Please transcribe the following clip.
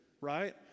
right